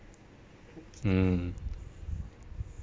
mm